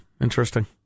Interesting